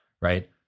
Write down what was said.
right